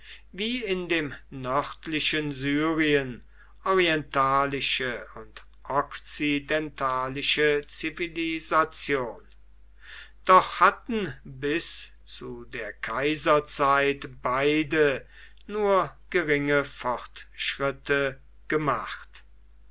wie in dem nördlichen syrien orientalische und okzidentalische zivilisation doch hatten bis zu der kaiserzeit beide nur geringe fortschritte gemacht